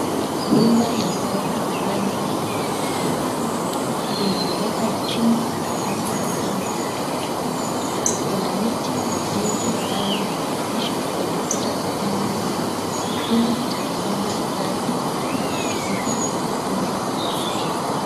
Nyumba ya ghorofa ambayo inaendelea kujengwa, ina ghorofa ya chini na ghorofa zingine tatu juu, kuna miti ya ujenzi ambayo imeunganishwa kwenye kuta za jengo hili, ili kutengeneza ngazi, ya kutumika na mafundi wanapojenga.